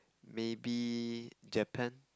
maybe Japan